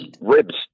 ribs